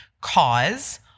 cause